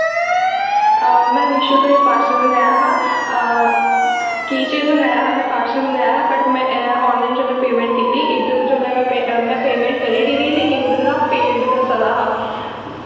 में मीशो तू इक पार्सल मंगाया हा कीऽ चेन मंगाया हा में पार्सल मंगाया हा बट में आनलाइन जेल्लै पेमेंट कीती इद्धरुं जेल्लै में पे में पेमेंट करी ओड़दी ही लेकिन उद्धर ना पेमेंट फेल्ड दस्सा दा हा